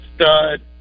stud